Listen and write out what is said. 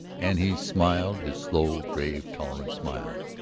and he smiled his slow, grave, tolerant smile,